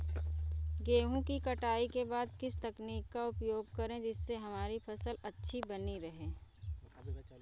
गेहूँ की कटाई के बाद किस तकनीक का उपयोग करें जिससे हमारी फसल अच्छी बनी रहे?